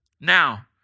Now